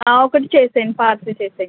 ఆ ఒక్కటి చేసేయండి పార్సిల్ చేసేయండి